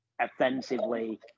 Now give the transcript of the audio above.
offensively